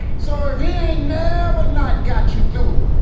so if he ain't never not got you through it,